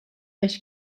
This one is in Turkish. beş